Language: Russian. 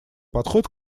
подход